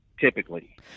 Typically